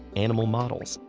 animal models,